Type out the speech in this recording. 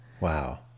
Wow